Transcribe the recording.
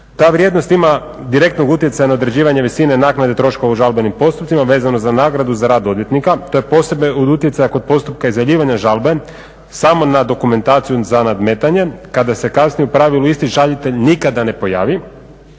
Ta vrijednost ima direktnog utjecaja na određivanje visine naknade troškova u žalbenim postupcima vezano za nagradu za rad odvjetnika. To je … od utjecaja kod postupka … žalbe, samo na dokumentaciju za nadmetanje, kada se kasnije u pravilu isti žalitelj nikada ne pojavi,